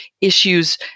issues